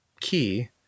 key